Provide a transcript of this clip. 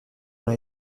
dans